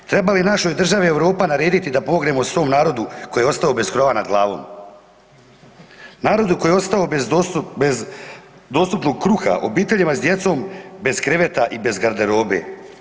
Treba li našoj državi Europa narediti da pomognemo svom narodu koji je ostao bez krova nad glavom, narodu koji je ostao bez dostupnog kruha, obiteljima s djecom bez kreveta i bez garderobe.